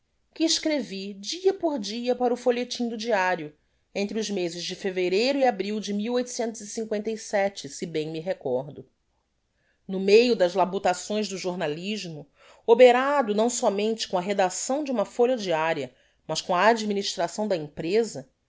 que escrevi dia por dia para o folhetim do diario entre os mezes de fevereiro e abril de se bem me recordo no meio das labutações do jornalismo oberado não somente com a redacção de uma folha diaria mas com a administração da empreza